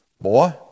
Boy